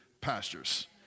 pastures